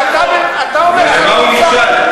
ובמה הוא נכשל?